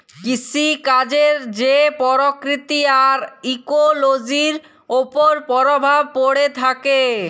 কিসিকাজের যে পরকিতি আর ইকোলোজির উপর পরভাব প্যড়ে থ্যাকে